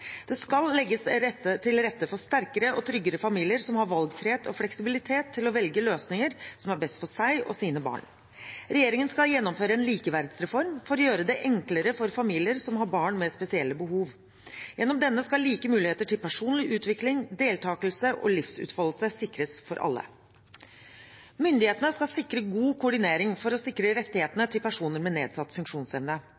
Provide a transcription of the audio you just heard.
Det skal legges til rette for sterkere og tryggere familier som har valgfrihet og fleksibilitet til å velge løsninger som er best for seg og sine barn. Regjeringen skal gjennomføre en likeverdsreform for å gjøre det enklere for familier som har barn med spesielle behov. Gjennom denne skal like muligheter til personlig utvikling, deltakelse og livsutfoldelse sikres for alle. Myndighetene skal sikre god koordinering for å sikre